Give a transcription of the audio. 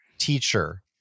teacher